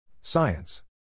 Science